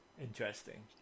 Interesting